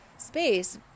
space